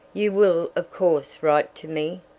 you will of course write to me,